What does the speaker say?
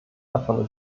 davon